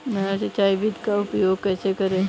नहर सिंचाई विधि का उपयोग कैसे करें?